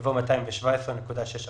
יבוא "217.6 אחוזים".